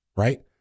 right